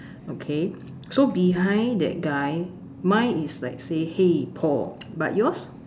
okay so behind that guy mine is like say hey Paul but yours